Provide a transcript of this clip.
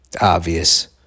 obvious